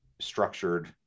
structured